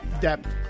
depth